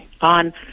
on